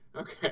Okay